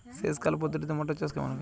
সেচ খাল পদ্ধতিতে মটর চাষ কেমন হবে?